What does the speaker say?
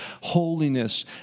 holiness